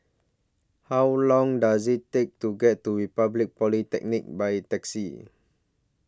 How Long Does IT Take to get to Republic Polytechnic By Taxi